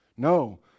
No